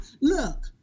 Look